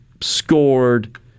scored